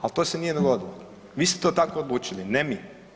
Ali to se nije dogodilo, vi ste to tako odlučili, ne mi.